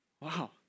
Wow